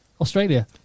Australia